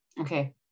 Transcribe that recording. okay